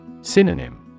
Synonym